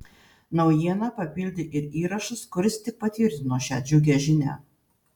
naujieną papildė ir įrašas kuris tik patvirtino šią džiugią žinią